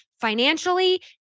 financially